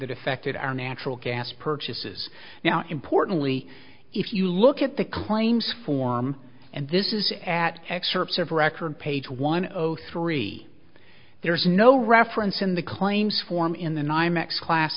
that affected our natural gas purchases now importantly if you look at the claims form and this is at excerpts of record page one of three there is no reference in the claims form in the nymex class